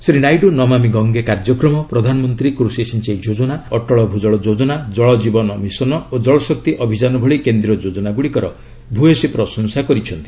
ଶ୍ରୀ ନାଇଡୁ ନମାମି ଗଙ୍ଗେ କାର୍ଯ୍ୟକ୍ରମ ପ୍ରଧାନମନ୍ତ୍ରୀ କୃଷି ସିଞ୍ଚାଇ ଯୋଜନା ଅଟଳ ଭୂଜଳ ଯୋଜନା ଜଳ ଜୀବନ ମିଶନ୍ ଓ ଜଳଶକ୍ତି ଅଭିଯାନ ଭଳି କେନ୍ଦ୍ରୀୟ ଯୋଜନାଗୁଡ଼ିକର ଭୂୟସୀ ପ୍ରଶଂସା କରିଛନ୍ତି